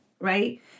Right